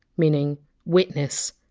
meaning witness.